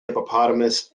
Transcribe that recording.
hippopotamus